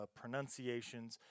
pronunciations